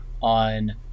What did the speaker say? on